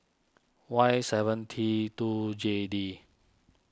Y seven T two J D